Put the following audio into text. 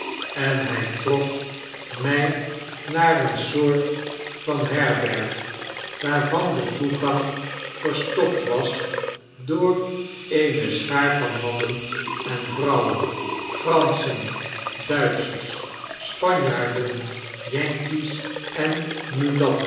en hy trok my naar eene soort van herberg waarvan de toegang verstopt was door eene schaar van mannen en vrouwen franschen duitschers spanjaarden yankees en